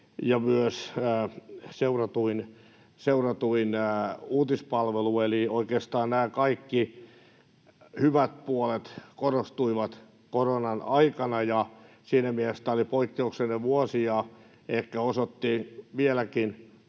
ja myös seuratuin uutispalvelu. Eli oikeastaan nämä kaikki hyvät puolet korostuivat koronan aikana, ja siinä mielessä tämä oli poikkeuksellinen vuosi ja ehkä osoitti vielä